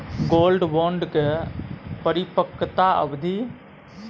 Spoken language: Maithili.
गोल्ड बोंड के परिपक्वता अवधि?